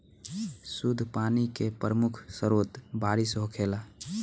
शुद्ध पानी के प्रमुख स्रोत बारिश होखेला